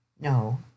No